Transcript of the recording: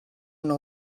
una